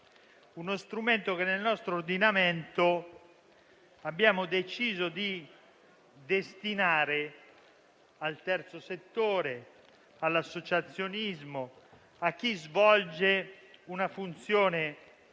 uno strumento che nel nostro ordinamento abbiamo deciso di destinare al terzo settore, all'associazionismo, a chi svolge una funzione